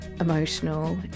emotional